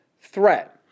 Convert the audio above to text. threat